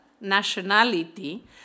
nationality